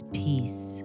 peace